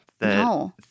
No